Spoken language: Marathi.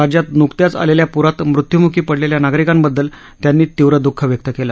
राज्यात न्कत्याच आलेल्या पूरात मृत्यूमुखी पडलेल्या नागरिकांबद्दल त्यांनी तीव्र द्ःख व्यक्त केलं